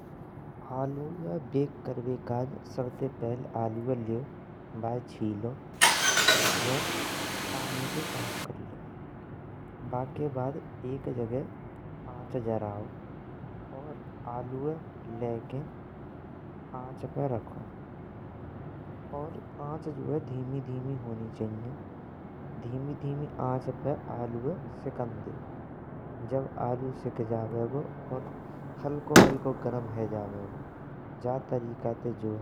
आलोय बाके करबे काज सबते पहली आलोय लेयो। बाय छीलो और जो है पानी ते साफ कर लेयो बके बाद एक जगह आंच जराओ और आलोय लेके आंच पे रखो। और आंच जो है धीमी धीमी होनी चाहिये। धीमी धीमी आंच पे आलोय सिकंदेयो, जब्ब आलो सिक जाबेगो, और हलको हलको गरम है जैगो जा तरीके ते जो है।